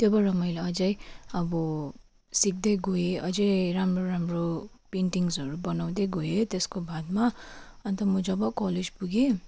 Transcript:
त्योबाट मैले अझै अबबो सिक्दै गए अझै राम्रो राम्रो पेन्टिङ्सहरू बनाउँदै गए त्यसको बादमा अन्त म जब कलेज पुगेँ